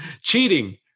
cheating